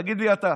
תגיד לי אתה.